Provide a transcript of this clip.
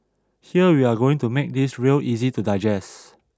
here we are going to make this real easy to digest